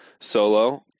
solo